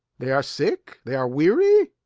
they are sick? they are weary?